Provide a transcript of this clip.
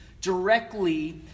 directly